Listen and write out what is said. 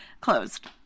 Closed